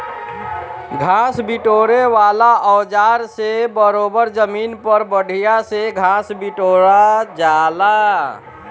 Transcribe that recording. घास बिटोरे वाला औज़ार से बरोबर जमीन पर बढ़िया से घास बिटोरा जाला